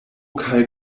kaj